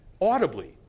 audibly